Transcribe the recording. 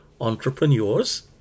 entrepreneurs